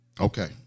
Okay